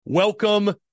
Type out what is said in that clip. Welcome